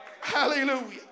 hallelujah